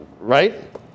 right